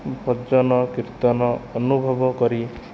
ଭଜନକୀର୍ତ୍ତନ ଅନୁଭବ କରି